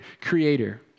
creator